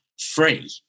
free